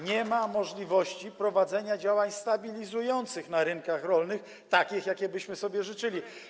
nie ma możliwości prowadzenia działań stabilizujących na rynkach rolnych, takich, jakich byśmy sobie życzyli.